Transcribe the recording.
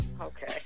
Okay